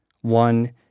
One